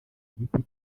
giti